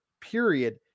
period